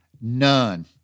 none